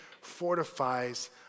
fortifies